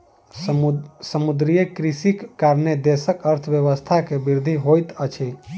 समुद्रीय कृषिक कारणेँ देशक अर्थव्यवस्था के वृद्धि होइत अछि